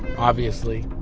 obviously